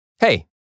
Hey